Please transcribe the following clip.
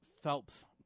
Phelps